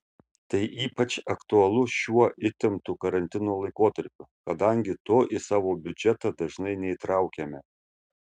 tai ypač aktualu šiuo įtemptu karantino laikotarpiu kadangi to į savo biudžetą dažnai neįtraukiame